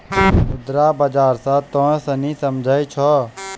मुद्रा बाजार से तोंय सनि की समझै छौं?